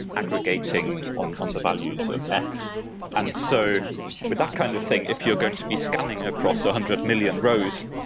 aggregating on on the values of x and so with that kind of thing, if you're going to be scanning across a hundred million rows,